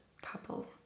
couple